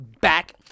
back